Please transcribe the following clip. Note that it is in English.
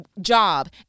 job